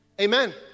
Amen